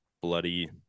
bloody